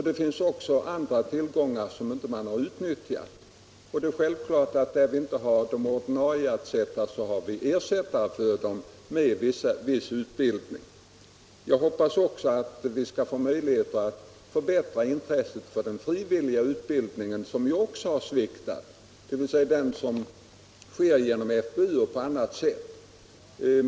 Det finns också andra tillgångar som inte har utnyttjats. Där det inte finns ordinarie befäl att sätta in har vi självfallet ersättare för dem med viss utbildning. Jag hoppas också att vi skall få möjlighet att förbättra intresset för den frivilliga utbildning som sker genom FBU och på annat sätt — rekryteringen till den har också sviktat.